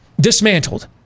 dismantled